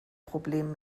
problem